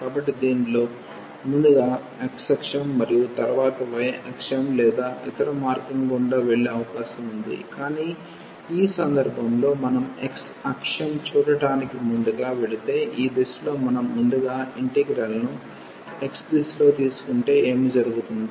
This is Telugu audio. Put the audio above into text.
కాబట్టి దీనిలో ముందుగా x అక్షం మరియు తరువాత y అక్షం లేదా ఇతర మార్గం గుండా వెళ్లే అవకాశం ఉంది కానీ ఈ సందర్భంలో మనం x అక్షం చూడటానికి ముందుగా వెళితే ఈ దిశలో మనం ముందుగా ఇంటిగ్రల్ ను x దిశలో తీసుకుంటే ఏమి జరుగుతుంది